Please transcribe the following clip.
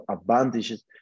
advantages